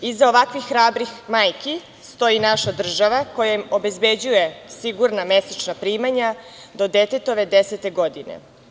Iza ovako hrabrih majki stoji naša država koja im obezbeđuje sigurna mesečna primanja do detetove desete godine.